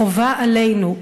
חובה עלינו,